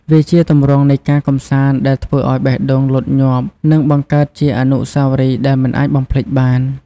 វាជាទម្រង់នៃការកម្សាន្តដែលធ្វើឱ្យបេះដូងលោតញាប់ និងបង្កើតជាអនុស្សាវរីយ៍ដែលមិនអាចបំភ្លេចបាន។